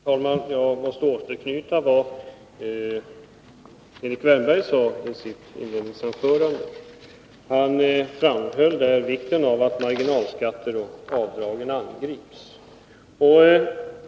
Fru talman! Jag måste återknyta till vad Erik Wärnberg sade i sitt inledningsanförande. Han framhöll vikten av att marginalskatterna och avdragen angrips.